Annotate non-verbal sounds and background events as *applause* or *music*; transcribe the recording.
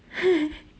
*laughs*